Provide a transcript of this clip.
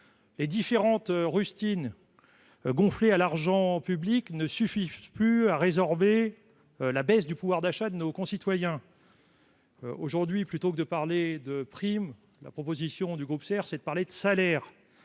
Les différentes rustines gonflées à l'argent public ne suffisent plus à résorber la baisse du pouvoir d'achat de nos concitoyens. Plutôt que de parler de primes, la proposition du groupe SER vise à parler de salaires.